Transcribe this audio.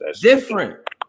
different